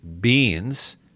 beans